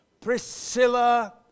Priscilla